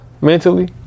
mentally